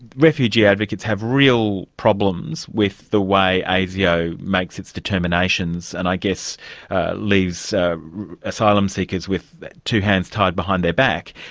refugee advocates have real problems with the way asio makes its determinations, and i guess leaves asylum seekers with two hands tied behind their back.